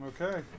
Okay